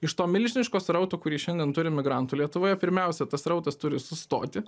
iš to milžiniško srauto kurį šiandien turim migrantų lietuvoje pirmiausia tas srautas turi sustoti